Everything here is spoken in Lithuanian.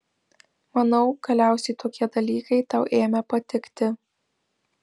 manau galiausiai tokie dalykai tau ėmė patikti